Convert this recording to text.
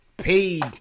paid